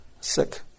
sick